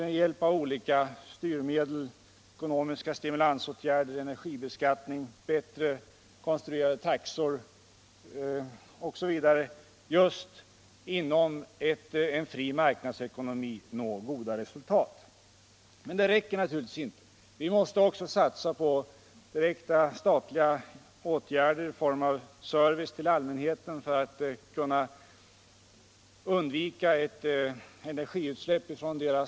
Med hjälp av olika styrmedel, ekonomiska stimulansåtgärder, energibeskattning, bättre konstruerade taxor osv. kan man just inom en fri marknadsekonomi nå goda resultat. Men det räcker naturligtvis inte. Vi måste också satsa på direkta statliga åtgärder i form av service till allmänheten för att kunna undvika ett energiutsläpp från bostäderna.